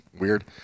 Weird